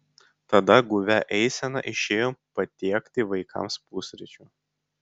tada guvia eisena išėjo patiekti vaikams pusryčių